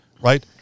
right